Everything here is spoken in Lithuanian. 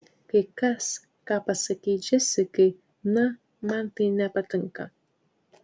kai kas ką pasakei džesikai na man tai nepatinka